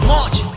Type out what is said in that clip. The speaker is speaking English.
March